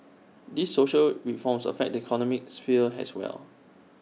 these social reforms affect the economic sphere as well